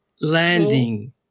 landing